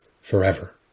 forever